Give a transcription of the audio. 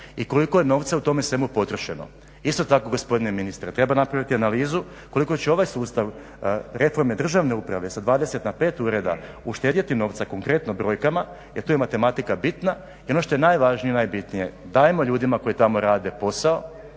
i koliko je novaca u tome svemu potrošeno? Isto tako, gospodine ministre, treba napraviti analizu koliko će ovaj sustav … državne uprave sa 20 na 5 ureda uštedjeti novca, konkretno brojkama jer tu je matematika bitna. I ono što je najvažnije i najbitnije, dajmo ljudima koji tamo rade posao,